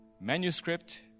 manuscript